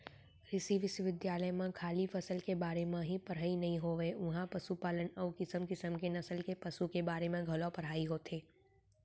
कृषि बिस्वबिद्यालय म खाली फसल के बारे म ही पड़हई नइ होवय उहॉं पसुपालन अउ किसम किसम के नसल के पसु के बारे म घलौ पढ़ाई होथे